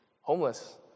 homeless